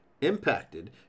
impacted